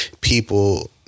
people